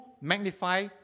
magnify